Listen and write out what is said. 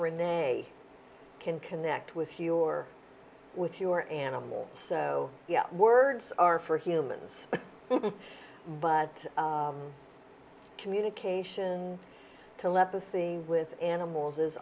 renee can connect with your with your animal so you know words are for humans but communication telepathy with animals is